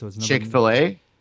Chick-fil-A